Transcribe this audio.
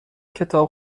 کتاب